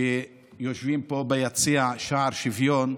שיושבים פה ביציע, משער שוויון,